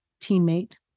teammate